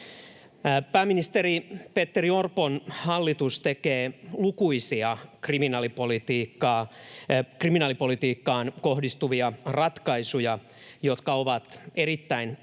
Pääministeri Petteri Orpon hallitus tekee lukuisia kriminaalipolitiikkaan kohdistuvia ratkaisuja, jotka ovat erittäin